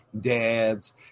dabs